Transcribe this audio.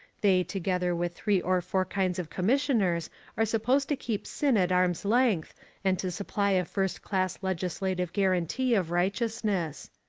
they together with three or four kinds of commissioners are supposed to keep sin at arm's length and to supply a first class legislative guarantee of righteousness.